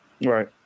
Right